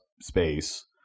Space